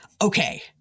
Okay